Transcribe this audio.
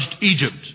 Egypt